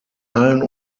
hallen